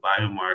biomarker